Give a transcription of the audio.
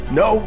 no